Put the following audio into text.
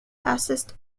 bassist